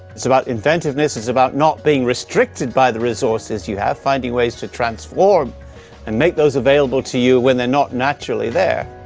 it's about inventiveness. it's about not being restricted by the resources you have, finding ways to transform and make those available to you when they're not naturally there.